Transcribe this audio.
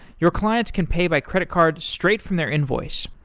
your clients can pay by credit card straight from their invoice.